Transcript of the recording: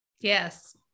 Yes